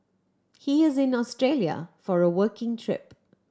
he is in Australia for a working trip